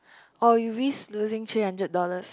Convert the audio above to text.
oh you risk losing three hundred dollars